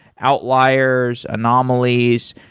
outliers, anomalies.